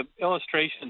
illustration